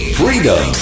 freedom